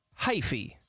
Hyphy